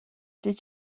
did